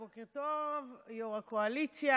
בוקר טוב, יו"ר הקואליציה.